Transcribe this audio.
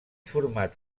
format